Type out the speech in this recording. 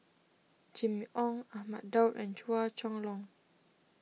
Jimmy Ong Ahmad Daud and Chua Chong Long